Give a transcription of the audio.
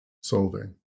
solving